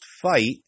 fight